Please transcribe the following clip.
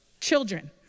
Children